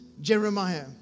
Jeremiah